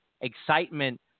excitement